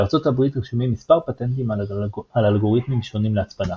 בארצות הברית רשומים מספר פטנטים על אלגוריתמים שונים להצפנה.